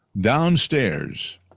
downstairs